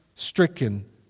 Stricken